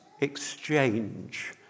exchange